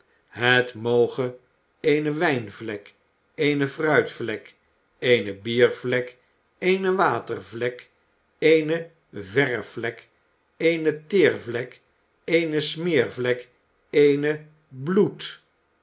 het moge eene wijnvlek eene fruitvlek eene biervlek eene watervlek eene verfvlek eene teervlek eene smeervlek eene bloed